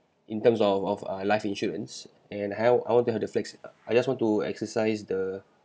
in terms of of uh life insurance and how I want to have the flex~ I just want to exercise the